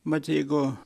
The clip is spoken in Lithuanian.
mat jeigu